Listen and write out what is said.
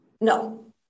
no